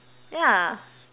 yeah